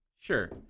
sure